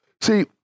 See